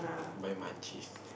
buy month cheese